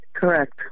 correct